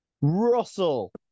Russell